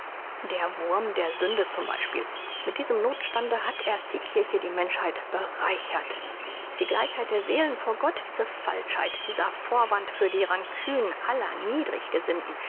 der wurm der sünde zum beispiel mit diesem nothstande hat erst die kirche die menschheit bereichert die gleichheit der seelen vor gott diese falschheit dieser vorwand für die rancune aller